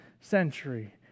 century